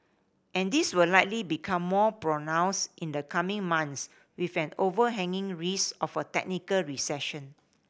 and this will likely become more pronounced in the coming months with an overhanging risk of a technical recession